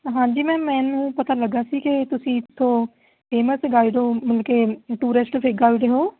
ਹਾਂਜੀ ਮੈਮ ਮੈਨੂੰ ਪਤਾ ਲੱਗਾ ਸੀ ਕਿ ਤੁਸੀਂ ਇੱਥੋ ਫੇਮਸ ਗਾਈਡ ਹੋ ਮਤਲਬ ਕਿ ਟੂਰੇਸਟ ਗਾਈਡ ਹੋ